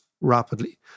rapidly